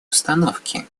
установки